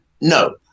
No